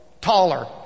taller